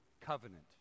covenant